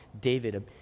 David